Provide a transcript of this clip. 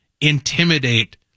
intimidate